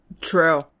True